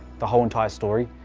the whole entire story.